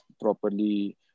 properly